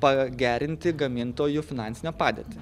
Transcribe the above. pagerinti gamintojų finansinę padėtį